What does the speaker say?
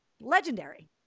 legendary